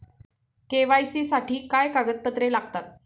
KYC साठी काय कागदपत्रे लागतात?